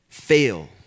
fail